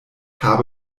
habe